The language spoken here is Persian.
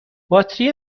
باتری